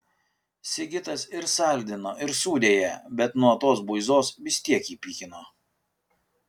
sigitas ir saldino ir sūdė ją bet nuo tos buizos vis tiek jį pykino